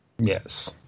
Yes